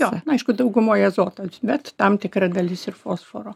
jo aišku daugumoj azoto bet tam tikra dalis ir fosforo